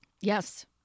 Yes